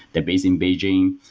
they're based in beijing,